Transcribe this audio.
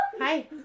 Hi